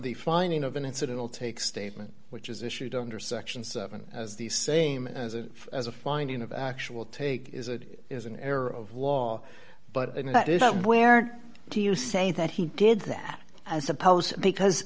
the finding of an incident will take statement which is issued under section seven as the same as it as a finding of actual take is it is an error of law but that is where do you say that he did that as opposed to because